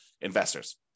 investors